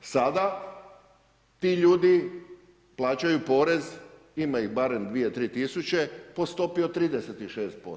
Sada ti ljudi plaćaju porez, ima ih barem 2, 3 tisuće, po stopi od 36%